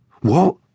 What